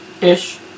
Ish